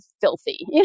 filthy